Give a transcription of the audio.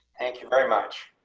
thank you very much.